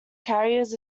carriers